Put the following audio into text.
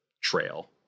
trail